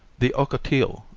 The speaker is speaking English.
the ocotillo,